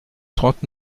trente